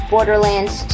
Borderlands